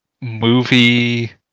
movie